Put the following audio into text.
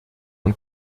und